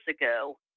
ago